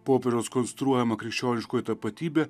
popieriaus konstruojama krikščioniškoji tapatybė